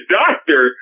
doctor